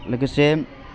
लोगोसे